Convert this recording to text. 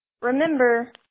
remember